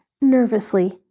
Nervously